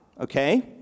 okay